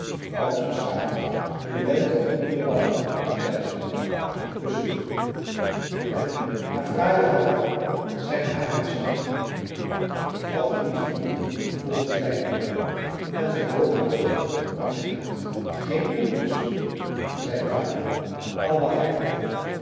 zij was beschaamd je bent toch een lieve papa zei ze hem kussende en met haar fraaie hand zijn haren schikkende ik had het niet verdiend voegde zij er bij en zij boog haar hoofd aan zijn hart geen coupjes zei de vader allemaal gekheid